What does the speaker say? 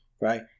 right